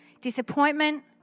Disappointment